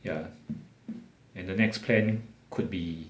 ya and the next plan could be